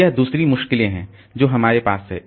तो यह दूसरी मुश्किलें हैं जो हमारे पास हैं